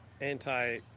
anti